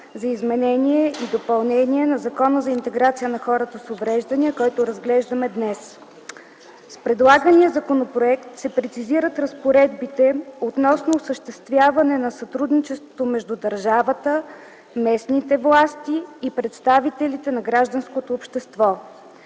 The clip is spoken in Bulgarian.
за изменение и допълнение на Закона за интеграция на хората с увреждания, който разглеждаме днес. С предлагания законопроект се прецизират разпоредбите относно осъществяване на сътрудничеството между държавата, местните власти и представителите на гражданското общество.